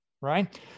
right